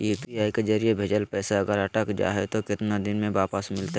UPI के जरिए भजेल पैसा अगर अटक जा है तो कितना दिन में वापस मिलते?